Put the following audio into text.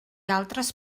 altres